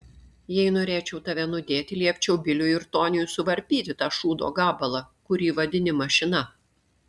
jei norėčiau tave nudėti liepčiau biliui ir toniui suvarpyti tą šūdo gabalą kurį vadini mašina